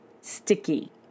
sticky